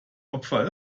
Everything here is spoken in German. opfer